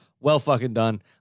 Well-fucking-done